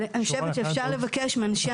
אבל אני חושבת שאפשר לבקש מאנשי